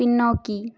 பின்னோக்கி